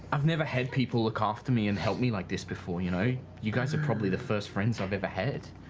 i've never had people look after me and help me like this before. you know you guys are probably the first friends i've ever had.